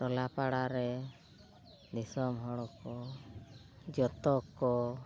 ᱴᱚᱞᱟ ᱯᱟᱲᱟᱨᱮ ᱫᱤᱥᱚᱢ ᱦᱚᱲ ᱠᱚ ᱡᱚᱛᱚ ᱠᱚ